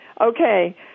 Okay